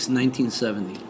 1970